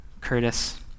Curtis